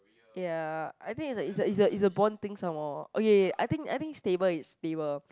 ya I think is a is a is a bond thing some more okay I think I think stable it's stable